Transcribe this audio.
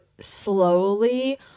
slowly